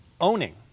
owning